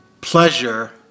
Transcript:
pleasure